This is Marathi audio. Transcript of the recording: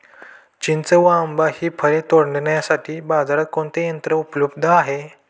चिंच व आंबा हि फळे तोडण्यासाठी बाजारात कोणते यंत्र उपलब्ध आहे?